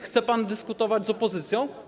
Chce pan dyskutować z opozycją?